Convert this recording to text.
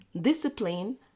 discipline